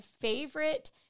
favorite